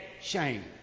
Shame